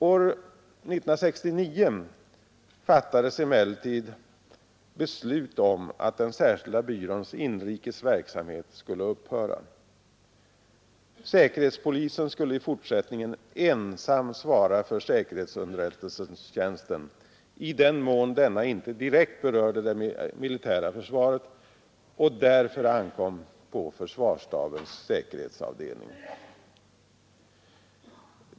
År 1969 fattades emellertid beslut om att den särskilda byråns inrikes verksamhet skulle upphöra. Säkerhetspolisen skulle i fortsättningen ensam svara för säkerhetsunderrättelsetjänsten i den mån denna inte direkt berörde det militära försvaret och därför ankom på försvarsstabens säkerhetsavdelning.